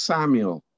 Samuel